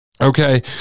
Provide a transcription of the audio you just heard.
Okay